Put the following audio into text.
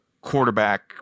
quarterback